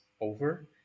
over